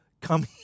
Come